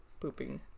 pooping